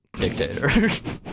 dictator